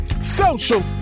social